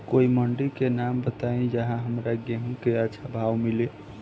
कोई मंडी के नाम बताई जहां हमरा गेहूं के अच्छा भाव मिले?